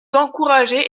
d’encourager